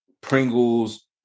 Pringles